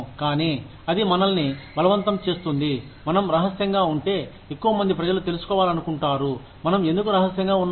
కానీ అది మనల్ని బలవంతం చేస్తుంది మనం రహస్యంగా ఉంటే ఎక్కువ మంది ప్రజలు తెలుసుకోవాలనుకుంటారు మనం ఎందుకు రహస్యంగా ఉన్నామని